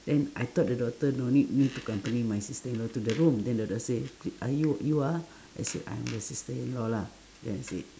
then I thought the doctor no need me to company my sister-in-law to the room then the doctor say are you you are I say I am the sister-in-law lah then I said